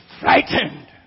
frightened